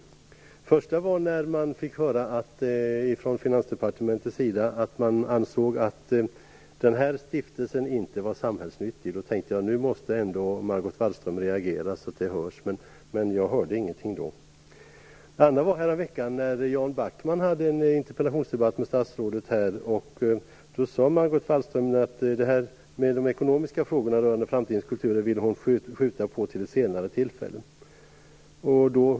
Det första var när vi fick höra att man på Finansdepartementet ansåg att den här stiftelsen inte var samhällsnyttig. Då tänkte jag att Margot Wallström ändå måste reagera så det hörs, men jag hörde ingenting. Det andra var häromveckan när Jan Backman hade en interpellationsdebatt med statsrådet. Då sade Margot Wallström att hon vill skjuta på att kommentera de ekonomiska frågorna rörande Framtidens kultur till ett senare tillfälle.